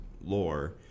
lore